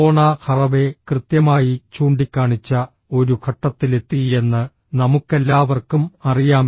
Donna Haraway കൃത്യമായി ചൂണ്ടിക്കാണിച്ച ഒരു ഘട്ടത്തിലെത്തിയെന്ന് നമുക്കെല്ലാവർക്കും അറിയാം